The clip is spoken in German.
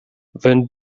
wenn